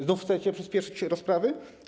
Znów chcecie przyspieszyć rozprawy?